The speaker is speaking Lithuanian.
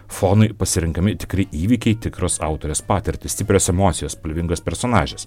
fonui pasirenkami tikri įvykiai tikros autorės patirtys stiprios emocijos spalvingos personažės